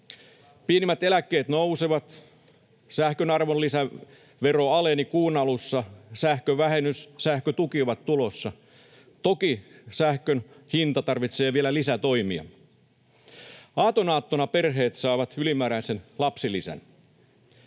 Pienimmät eläkkeet nousevat. Sähkön arvonlisävero aleni kuun alussa, ja sähkövähennys ja sähkötuki ovat tulossa. Toki sähkön hinta tarvitsee vielä lisätoimia. Aatonaattona perheet saavat ylimääräisen lapsilisän.